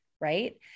right